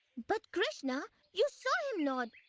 but krishna, you saw him nod.